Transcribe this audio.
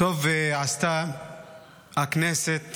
טוב עשתה הכנסת